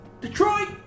Detroit